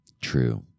True